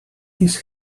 his